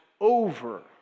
over